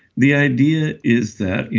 the idea is that,